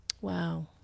Wow